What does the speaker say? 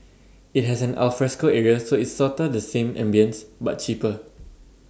IT has an alfresco area so it's sorta the same ambience but cheaper